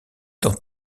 dans